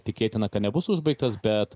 tikėtina kad nebus užbaigtas bet